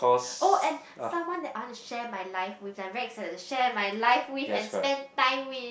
oh and someone that I wanna share my life with I'm very excited to share my life with and spend time with